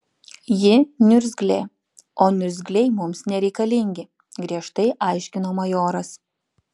ji niurzglė o niurzgliai mums nereikalingi griežtai aiškino majoras